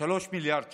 3 מיליארד שקלים.